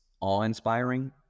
awe-inspiring